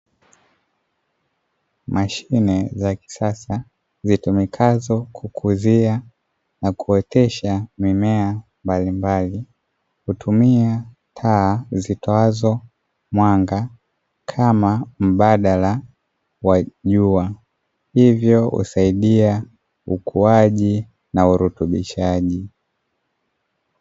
Mashine za kisasa zitumikazo kukuzia na kuotesha mimea mbalimbali, hutumia taa zitoazo mwanga kama mbadala wa jua, hivyo husaidia ukuaji na urutubishaji.